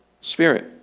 spirit